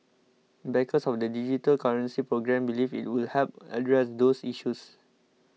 backers of the digital currency programme believe it will help address those issues